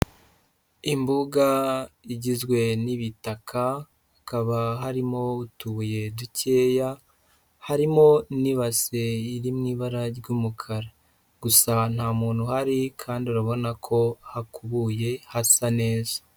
Imbuga igizwe n'ibitaka, hakaba harimo utubuye dukeya, harimo n'ibasi iri mu ibara ry'umukara, gusa nta muntu uhari kandi urabona ko hakubuye hasa neza.